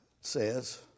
says